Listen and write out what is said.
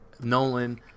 Nolan